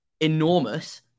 enormous